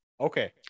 Okay